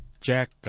Jack